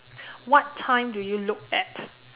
what time do you look at